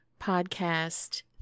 podcast